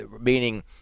Meaning